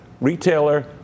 retailer